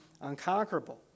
unconquerable